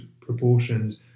proportions